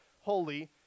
holy